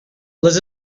les